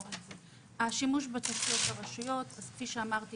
שימוש בתשתיות של הרשויות כפי שאמרתי,